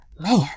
Man